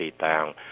down